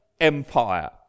empire